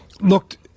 looked